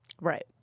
Right